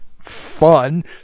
fun